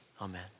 Amen